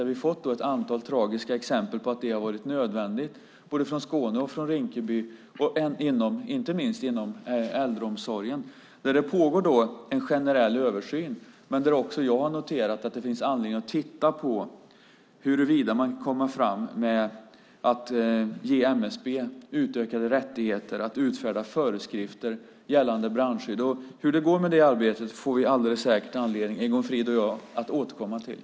Vi har fått ett antal tragiska exempel på att det är nödvändigt, både från Skåne och från Rinkeby och inte minst inom äldreomsorgen. Det pågår en generell översyn, men även jag har noterat att det finns anledning att titta på huruvida man kan ge MSB utökade rättigheter att utfärda föreskrifter gällande brandskydd. Hur det går med det arbetet får Egon Frid och jag alldeles säkert anledning att återkomma till.